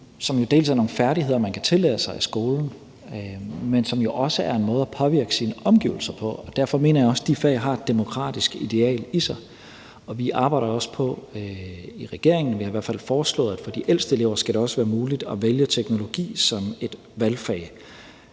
jo både er nogle færdigheder, man kan tillære sig i skolen, men som jo også er en måde at påvirke sine omgivelser på, og derfor mener jeg også, at de fag har et demokratisk ideal i sig. I regeringen arbejder vi også på – vi har i hvert fald foreslået det – at for de ældste elever skal det også være muligt at vælge teknologi som et valgfag,